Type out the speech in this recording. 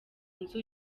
nzu